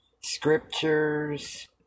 scriptures